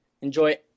enjoy